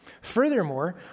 Furthermore